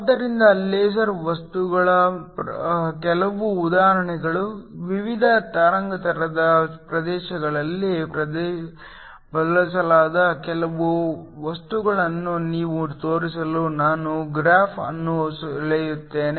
ಆದ್ದರಿಂದ ಲೇಸರ್ ವಸ್ತುಗಳ ಕೆಲವು ಉದಾಹರಣೆಗಳು ವಿವಿಧ ತರಂಗಾಂತರದ ಪ್ರದೇಶಗಳಲ್ಲಿ ಬಳಸಲಾದ ಕೆಲವು ವಸ್ತುಗಳನ್ನು ನಿಮಗೆ ತೋರಿಸಲು ನಾನು ಗ್ರಾಫ್ ಅನ್ನು ಸೆಳೆಯುತ್ತೇನೆ